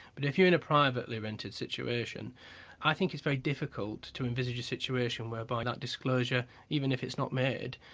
but if you're in a privately rented situation i think it's very difficult to envisage a situation whereby that disclosure, even if it's not made,